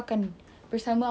!wow!